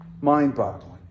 mind-boggling